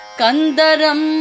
Kandaram